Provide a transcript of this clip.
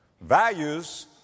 Values